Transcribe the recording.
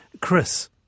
Chris